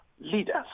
leaders